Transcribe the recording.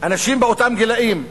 אותם גילאים.